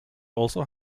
also